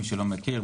למי שלא מכיר,